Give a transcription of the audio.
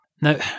Now